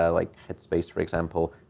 ah like headspace, for example.